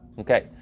Okay